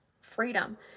freedom